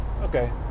Okay